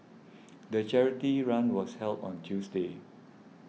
the charity run was held on Tuesday